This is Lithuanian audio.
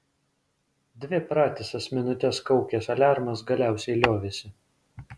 dvi pratisas minutes kaukęs aliarmas galiausiai liovėsi